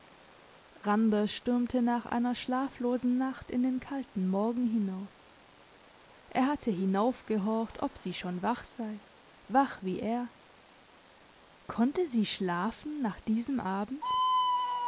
randers stürmte nach einer schlaflosen nacht in den kalten morgen hinaus er hatte hinaufgehorcht ob sie schon wach sei wach wie er konnte sie schlafen nach diesem abend